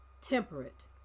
temperate